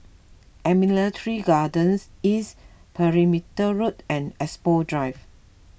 Admiralty Garden East Perimeter Road and Expo Drive